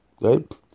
Right